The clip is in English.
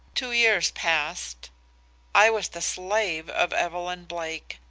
two years passed i was the slave of evelyn blake,